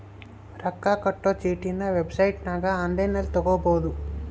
ರೊಕ್ಕ ಕಟ್ಟೊ ಚೀಟಿನ ವೆಬ್ಸೈಟನಗ ಒನ್ಲೈನ್ನಲ್ಲಿ ತಗಬೊದು